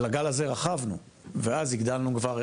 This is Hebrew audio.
על הגל הזה רכבנו ואז הגדלנו כבר,